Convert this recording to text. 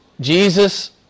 Jesus